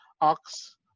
ox